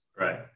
right